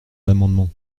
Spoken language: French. amendement